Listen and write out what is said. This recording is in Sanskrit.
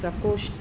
प्रकोष्